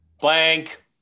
Blank